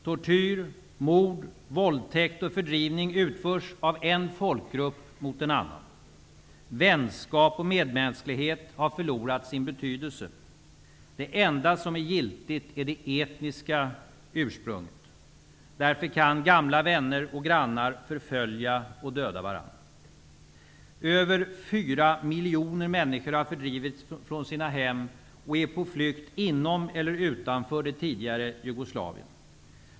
Tortyr, mord, våldtäkt och fördrivning utförs av en folkgrupp mot en annan. Vänskap och medmänsklighet har förlorat sin betydelse. Det enda som är giltigt är det etniska ursprunget. Därför kan gamla vänner och grannar förfölja och döda varandra. Över 4 miljoner människor har fördrivits från sina hem och är på flykt inom eller utanför det tidigare Jugoslavien.